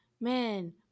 man